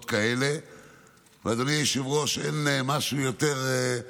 אדוני היושב-ראש, אין משהו יותר,